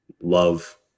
Love